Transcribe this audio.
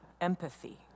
empathy